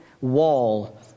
wall